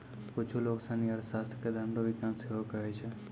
कुच्छु लोग सनी अर्थशास्त्र के धन रो विज्ञान सेहो कहै छै